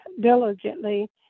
diligently